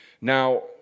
Now